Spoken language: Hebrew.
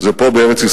זה פה בארץ-ישראל,